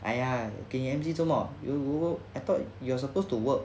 !aiya! 给你 M_C 做么 you work I thought you are supposed to work